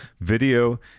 video